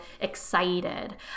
excited